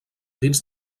dins